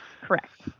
Correct